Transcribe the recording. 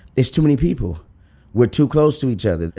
it's too many people we're too close to each other.